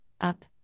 up